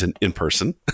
in-person